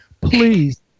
please